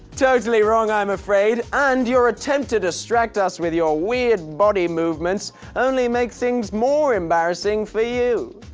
totally wrong i'm afraid. and your attempt to distract us with your weird body movements only makes things more embarrassing for you.